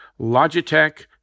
Logitech